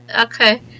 Okay